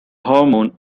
hormone